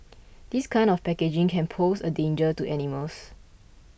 this kind of packaging can pose a danger to animals